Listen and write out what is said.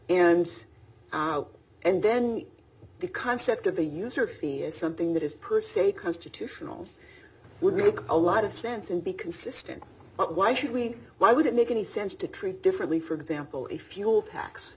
and and then the concept of a user fee is something that is per se constitutional would be a lot of sense and be consistent but why should we why would it make any sense to treat differently for example a fuel tax